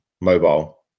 mobile